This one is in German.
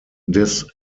des